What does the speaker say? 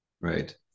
Right